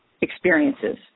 experiences